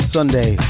Sunday